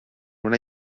una